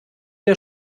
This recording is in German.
der